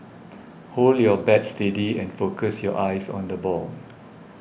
hold your bat steady and focus your eyes on the ball